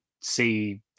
see